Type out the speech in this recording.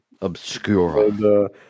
Obscure